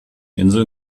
inseln